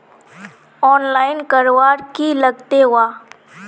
Online करवार की लगते वा?